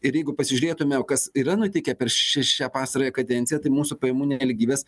ir jeigu pasižiūrėtume kas yra nutikę per š šią pastarąją kadenciją tai mūsų pajamų nelygybės